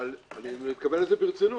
אבל אני מתכוון לזה ברצינות.